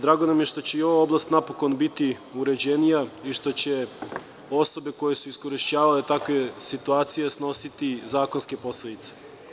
Drago nam je što će ova oblast napokon biti uređenija i što će osobe koje su iskorišćavale takve situacije snositi zakonske posledice.